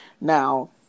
now